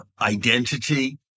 identity